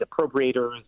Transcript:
appropriators